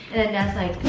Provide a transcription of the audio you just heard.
then dad's like,